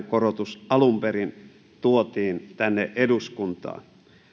korotus alun perin tuotiin tänne eduskuntaan